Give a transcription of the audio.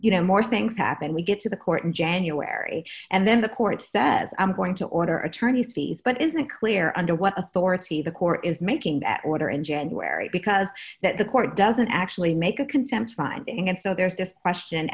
you know more things happen we get to the court in january and then the court says i'm going to order attorney's fees but it isn't clear under what authority the corps is making that order in january because that the court doesn't actually make a consent finding and so there's this question